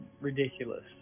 ridiculous